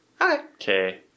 Okay